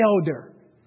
elder